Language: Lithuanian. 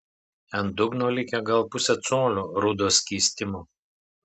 ant dugno likę gal pusė colio rudo skystimo